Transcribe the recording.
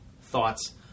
thoughts